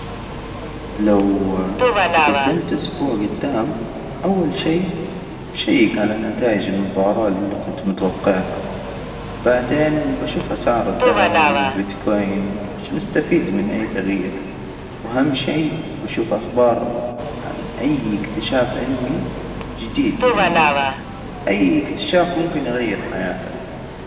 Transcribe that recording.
لو تجدمت أسبوع جدام أول شي بشيك على نتائج المباراة اللي كنت متوقعها، بعدين بشوف أسعار الذهب والبيتكوين عشان نستفيد من أي تغيير، وأهم شي بشوف أخبار عن أي إكتشاف علمي جديد، يعني أي إكتشاف ممكن يغير حياتنا.